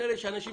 וכנראה יש אנשים